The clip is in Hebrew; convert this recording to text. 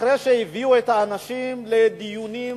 אחרי שהביאו את האנשים לדיונים,